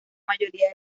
mayoría